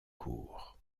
court